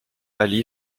ali